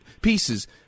pieces